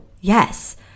Yes